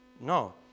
No